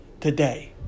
today